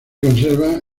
conserva